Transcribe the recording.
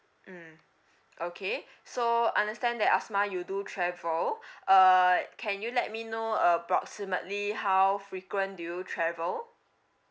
mm okay so understand that asmah you do travel uh can you let me know uh approximately how frequent do you travel